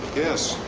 yes.